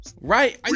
right